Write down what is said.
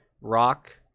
Rock